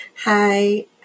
Hi